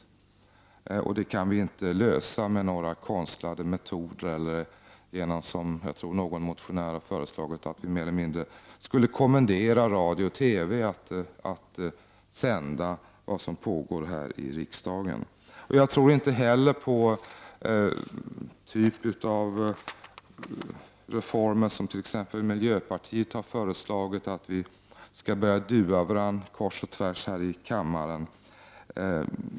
De problemen kan vi alltså inte lösa med några konstlade metoder eller genom att, som någon motionär har föreslagit, vi mer eller mindre skulle kommendera radio och TV att sända vad som pågår här i riksdagen. Jag tror inte heller på den typ av reformer som miljöpartiet har föreslagit, att vi skall börja dua varandra kors och tvärs här i kammaren.